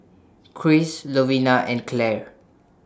Christ Lovina and Clare